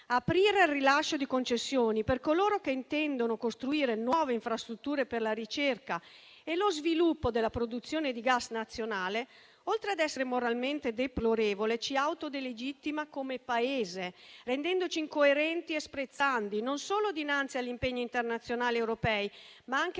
Aprire al rilascio di concessioni per coloro che intendono costruire nuove infrastrutture per la ricerca e lo sviluppo della produzione di gas nazionale, oltre ad essere moralmente deplorevole, ci autodelegittima come Paese, rendendoci incoerenti e sprezzanti, non solo dinanzi agli impegni internazionali ed europei, ma anche